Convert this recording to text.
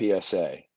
PSA